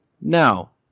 now